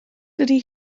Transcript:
dydy